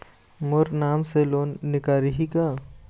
मोर नाम से लोन निकारिही का?